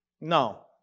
No